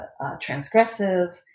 transgressive